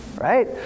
Right